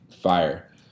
fire